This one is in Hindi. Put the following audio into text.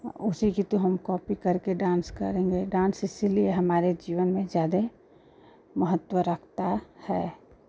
उसी की तो हम कॉपी करके डान्स करेंगे डान्स इसीलिए हमारे जीवन में ज़्यादा महत्व रखता है